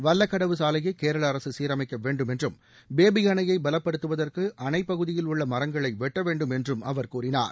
வல்லக்கடவு சாலையை கேரள அரசு சீரமைக்க வேண்டும் என்றும் பேபி அணையை பலப்படுத்துவதற்கு அணைப் பகுதியில் உள்ள மரங்களை வெட்ட வேண்டும் என்றும் அவர் கூறினார்